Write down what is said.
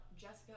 Jessica